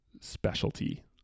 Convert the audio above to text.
specialty